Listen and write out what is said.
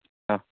অঁ